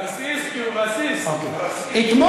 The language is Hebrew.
רסיס, כי הוא, אתמול,